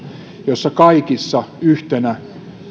joissa kaikissa yhtenä